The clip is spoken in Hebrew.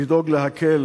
לדאוג להקל